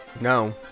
No